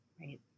right